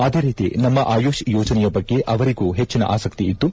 ಅದೇ ರೀತಿ ನಮ್ನ ಆಯುಷ್ ಯೋಜನೆಯ ಬಗ್ಗೆ ಅವರಿಗೂ ಹೆಚ್ಚಿನ ಆಸಕ್ತಿ ಇದ್ದು